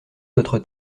votre